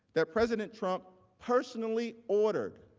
that president trump personally ordered,